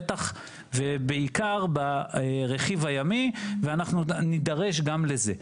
בטח ובעיקר ברכיב הימי ואנחנו נדרש גם לזה.